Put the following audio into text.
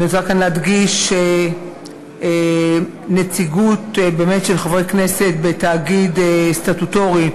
אני רוצה כאן להדגיש שבאמת נציגות של חברי כנסת בתאגיד סטטוטורי,